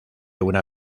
una